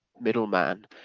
middleman